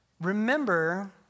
Remember